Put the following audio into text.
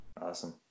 Awesome